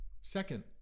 Second